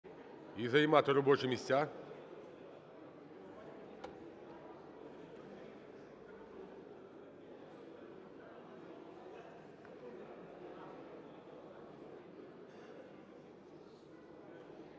займати робочі місця,